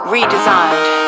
Redesigned